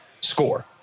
score